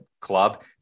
club